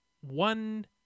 one